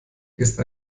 ist